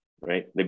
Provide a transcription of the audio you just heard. right